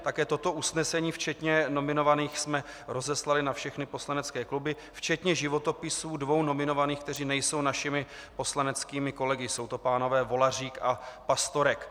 Také toto usnesení včetně nominovaných jsme rozeslali na všechny poslanecké kluby včetně životopisů dvou nominovaných, kteří nejsou našimi poslaneckými kolegy, jsou to pánové Volařík a Pastorek.